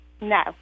No